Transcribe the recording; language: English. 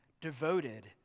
devoted